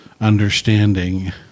understanding